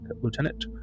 Lieutenant